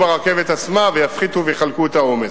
ברכבת עצמה ויפחיתו ויחלקו את העומס.